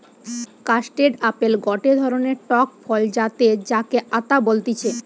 custard apple গটে ধরণের টক ফল যাতে যাকে আতা বলতিছে